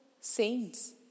saints